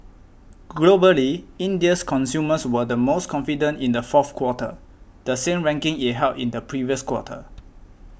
globally India's consumers were the most confident in the fourth quarter the same ranking it held in the previous quarter